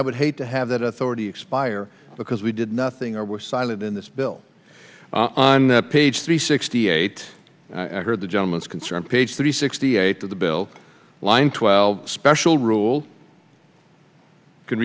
i would hate to have that authority expire because we did nothing or were cited in this bill on page three sixty eight i heard the gentleman's concern page thirty sixty eight of the bill line twelve special rule can